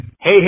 hey